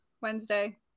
Wednesday